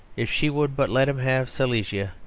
if she would but let him have silesia,